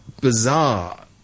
bizarre